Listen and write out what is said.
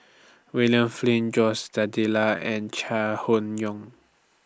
William Flint Jose and Chai Hon Yoong